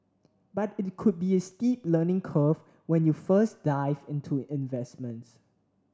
but it could be a steep learning curve when you first dive into investments